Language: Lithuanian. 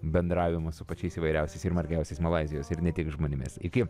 bendravimu su pačiais įvairiausiais ir margiausiais malaizijos ir ne tik žmonėmis iki